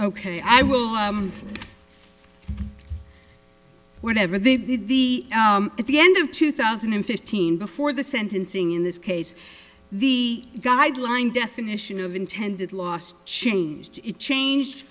ok i will whatever they did the at the end of two thousand and fifteen before the sentencing in this case the guideline definition of intended last changed it changed